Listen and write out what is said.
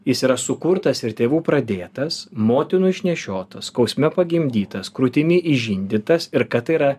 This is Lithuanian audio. jis yra sukurtas ir tėvų pradėtas motinų išnešiotas skausme pagimdytas krūtimi išžindytas ir kad tai yra